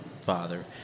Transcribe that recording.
father